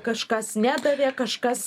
kažkas nedavė kažkas